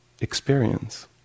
experience